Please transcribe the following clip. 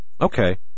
Okay